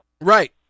Right